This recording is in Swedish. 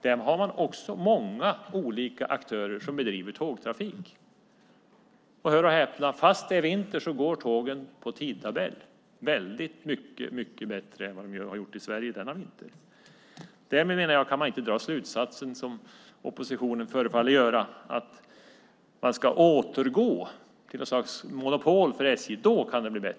Där har man också många olika aktörer som bedriver tågtrafik, och hör och häpna: Fast det är vinter går tågen enligt tidtabell, väldigt mycket bättre än vad de har gjort i Sverige denna vinter. Därmed menar jag att man inte kan dra den slutsats som oppositionen förefaller göra, att det kan bli bättre om man återgår till något slags monopol för SJ.